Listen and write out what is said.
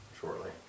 shortly